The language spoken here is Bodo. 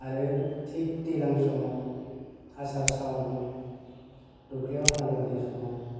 आरो थिग दैलां समाव आसार सावनाव दुब्लियाव हालौनाय समाव